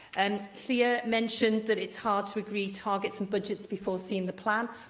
and llyr mentioned that it's hard to agree targets and budgets before seeing the plan.